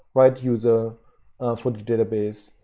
right user for the database.